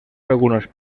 algunos